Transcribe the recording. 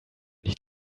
nicht